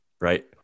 Right